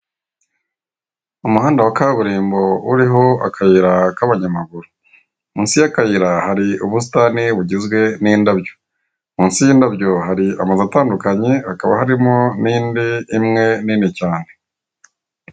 Umuhanda wa kaburimbo uriho akayira k'abanyamaguru. Munsi y'akayira hari ubusitani bugizwe n'indabyo. Munsi y'indabyo hari amazu atandukanye, hakaba harimo n'indi imwe nini cyane.